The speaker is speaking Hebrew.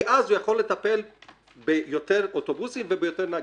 אז הוא יכול לטפל ביותר אוטובוסים וביותר נהגים.